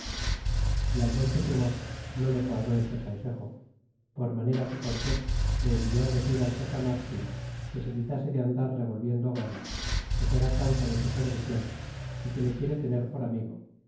e al montezuma no le quadró este consejo por manera que cortés le envió á decir al cacamatzin que se quitase de andar revolviendo guerra que será causa de su perdicion é que le quiere tener por amigo